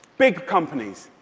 big companies.